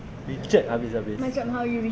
reject habis-habis